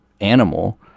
animal